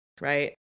right